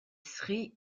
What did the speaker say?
sri